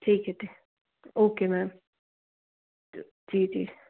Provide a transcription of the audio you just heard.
ठीक है okay ma'am जी जी